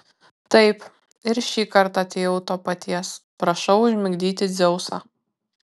taip ir šį kartą atėjau to paties prašau užmigdyti dzeusą